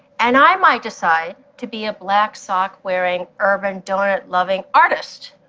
and i might decide to be a black sock-wearing, urban, donut-loving artist.